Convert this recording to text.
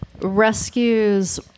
rescues